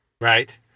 Right